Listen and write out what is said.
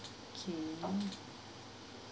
okay